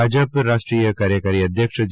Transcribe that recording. ભાજપ રાષ્ટ્રીય કાર્યકરી અધ્યક્ષ જે